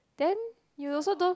then you also don't